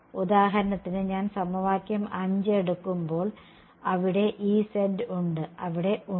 ഉദാഹരണത്തിന് ഞാൻ സമവാക്യം 5 എടുക്കുമ്പോൾ അവിടെ Ez ഉണ്ട് അവിടെ ഉണ്ട്